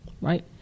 right